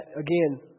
again